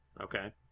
Okay